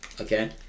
okay